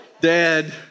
Dad